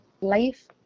life